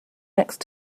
next